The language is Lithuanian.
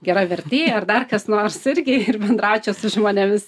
gera vertėja ar dar kas nors irgi ir bendraučiau su žmonėmis